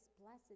blessed